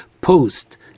post